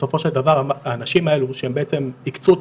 בסופו של דבר האנשים האלה שבעצם הקצו את